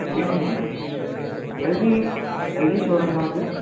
good evening madam LG LG showroom தானே இது